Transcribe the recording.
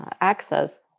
access